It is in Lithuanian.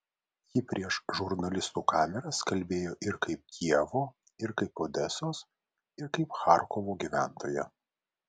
ji prieš žurnalistų kameras kalbėjo ir kaip kijevo ir kaip odesos ir kaip charkovo gyventoja